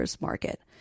market